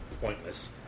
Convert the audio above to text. pointless